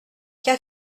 qu’a